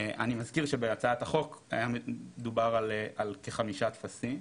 אני מזכיר שבהצעת החוק דובר על כחמישה טפסים.